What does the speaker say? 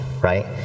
right